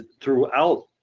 throughout